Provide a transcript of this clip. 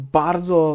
bardzo